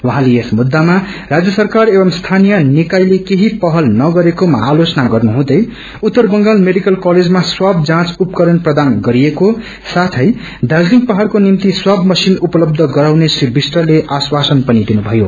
उहौँले यस मुद्दामा राज्य सरकार एवं स्थानीय निक्वयले केही पहल नगरेकोमा आलयेचना गर्नुहुँदै उत्तर बंगाल मेडिकल कलेजमा स्वाक जाँच उपकरण प्रदान गरिएको साथै दार्जीतिङ पहाड़को निम्ति स्वाव मशीन उपलब्ब गराउने श्री विष्टले आश्वासन पनि दिनुभयो